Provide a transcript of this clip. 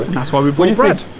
that's why we've we've read